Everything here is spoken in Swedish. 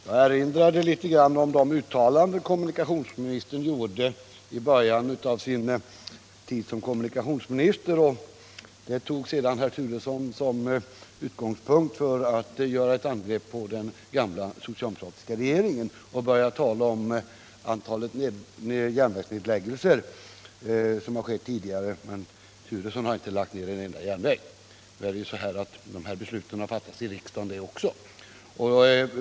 Herr talman! Jag erinrade litet om de uttalanden som statsrådet gjorde i början av sin tid som kommunikationsminister. Det tog sedan herr Turesson som utgångspunkt för ett angrepp på den gamla socialdemokratiska regeringen. Han började tala om antalet järnvägsnedläggelser som har skett tidigare — men herr Turesson hade inte lagt ned en enda järnväg. Nu är det så att också de här besluten har fattats i riksdagen.